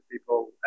people